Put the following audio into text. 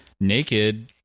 naked